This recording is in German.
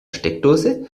steckdose